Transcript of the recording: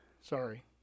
Sorry